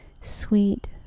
sweet